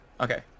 Okay